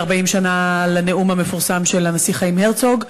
40 שנה לנאום המפורסם של הנשיא חיים הרצוג.